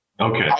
Okay